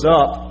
up